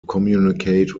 communicate